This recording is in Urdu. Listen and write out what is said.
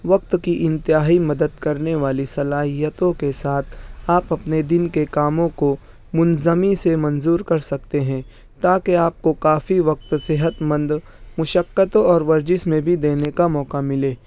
وقت کی انتہائی مدد کرنے والی صلاحیتوں کے ساتھ آپ اپنے دن کے کاموں کو منظمی سے منظور کر سکتے ہیں تاکہ آپ کو کافی وقت صحتمند مشقتوں اور ورزش میں بھی دینے کا موقع ملے